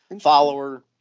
follower